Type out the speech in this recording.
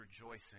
rejoicing